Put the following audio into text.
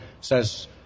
says